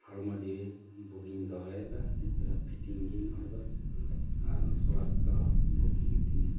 ᱦᱚᱲᱢᱚ ᱡᱤᱣᱤ ᱵᱩᱜᱤᱧ ᱫᱚᱦᱚᱭᱮᱫᱟ ᱱᱤᱛ ᱨᱮᱦᱚᱸ ᱯᱷᱤᱴᱤᱝ ᱜᱤᱭᱟᱹᱧ ᱦᱚᱲ ᱫᱚ ᱟᱨ ᱥᱟᱥᱛᱷᱚ ᱦᱚᱸ ᱵᱩᱜᱤ ᱜᱤᱛᱤᱧᱟ